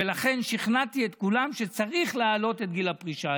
ולכן שכנעתי את כולם שצריך להעלות את גיל הפרישה.